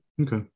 Okay